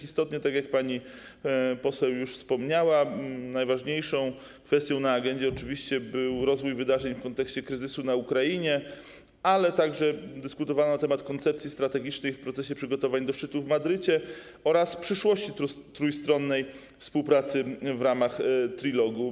Istotnie, tak jak pani poseł już wspomniała, najważniejszą kwestią na agendzie oczywiście był rozwój wydarzeń w kontekście kryzysu na Ukrainie, ale także dyskutowano na temat koncepcji strategicznych w procesie przygotowań do szczytu w Madrycie oraz przyszłości trójstronnej współpracy w ramach Trilogu.